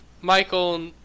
Michael